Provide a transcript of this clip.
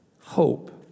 hope